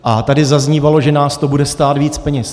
A tady zaznívalo, že nás to bude stát víc peněz.